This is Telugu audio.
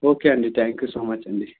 ఓకే అండి థ్యాంక్ యూ సో మచ్ అండి